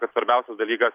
kad svarbiausias dalykas